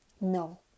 no